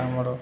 ଆମର